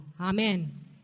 Amen